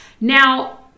Now